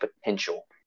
potential